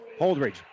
Holdridge